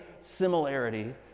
similarity